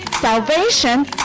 salvation